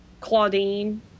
Claudine